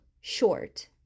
short